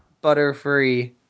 Butter-free